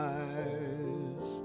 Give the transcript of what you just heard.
eyes